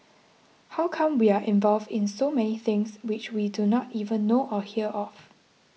how come we are involved in so many things which we do not even know or hear of